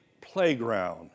playground